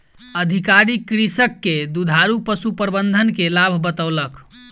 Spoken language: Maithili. अधिकारी कृषक के दुधारू पशु प्रबंधन के लाभ बतौलक